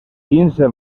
quinze